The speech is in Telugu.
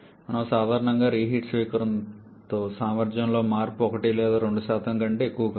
మరియు సాధారణంగా రీహీట్ స్వీకరణతో సామర్థ్యంలో మార్పు 1 లేదా 2 కంటే ఎక్కువ కాదు